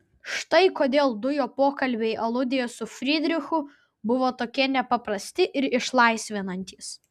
štai kodėl du jo pokalbiai aludėje su frydrichu buvo tokie nepaprasti ir išlaisvinantys